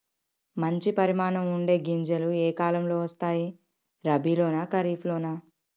మంచి పరిమాణం ఉండే గింజలు ఏ కాలం లో వస్తాయి? రబీ లోనా? ఖరీఫ్ లోనా?